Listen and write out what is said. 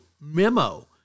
Memo